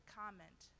comment